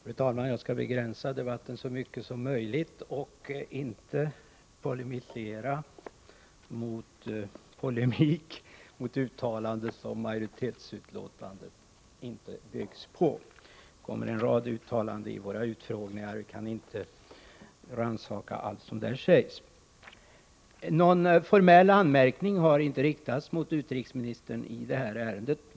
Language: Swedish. Fru talman! Jag skall begränsa debatten så mycket som möjligt och inte polemisera mot polemik mot det uttalande som majoritetsutlåtandet inte byggs på. Det görs en rad uttalanden i våra utfrågningar, och vi kan inte rannsaka allt som där sägs. Någon formell anmärkning har inte riktats mot utrikesministern i detta ärende.